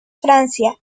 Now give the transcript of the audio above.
francia